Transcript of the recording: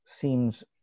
seems